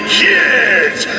kids